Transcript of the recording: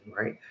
right